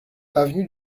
avenue